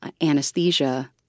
anesthesia